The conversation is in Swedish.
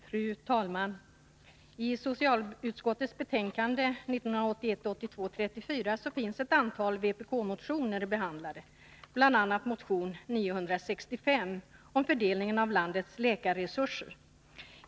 Fru talman! I socialutskottets betänkande 1981/82:34 finns ett antal vpk-motioner behandlade, bl.a. motion 965 om fördelningen av landets läkarresurser.